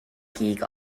gig